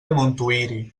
montuïri